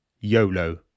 YOLO